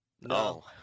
No